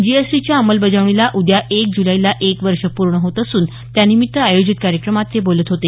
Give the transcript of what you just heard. जीएसटीच्या अंमलबजावणीला उद्या एक जुलैला एक वर्ष पूर्ण होत असून त्यानिमित्त आयोजित कार्यक्रमात ते बोलत होते